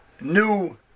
new